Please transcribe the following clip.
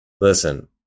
Listen